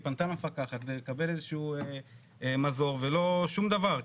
היא פנתה למפקחת כדי לקבל איזה שהוא מזור ושום דבר.